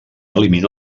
elimina